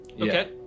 Okay